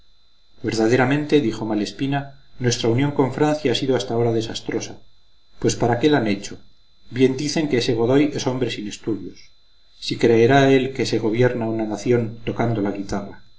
caballero verdaderamente dijo malespina nuestra unión con francia ha sido hasta ahora desastrosa pues para qué la han hecho bien dicen que ese godoy es hombre sin estudios si creerá él que se gobierna una nación tocando la guitarra